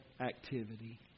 activity